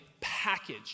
package